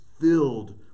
filled